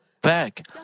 back